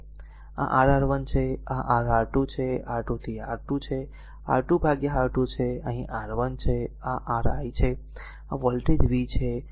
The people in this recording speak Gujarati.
આ r r 1 છે આ r r 2 છે r 2 થી r 2 છે r 2 દ્વારા r 2 છે અહીં r 1 છે અને આ r i છે અને આ વોલ્ટેજ વી છે